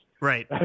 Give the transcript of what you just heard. Right